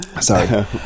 sorry